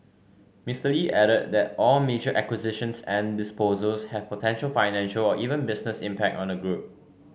Mr Lee added that all major acquisitions and disposals have potential financial or even business impact on the group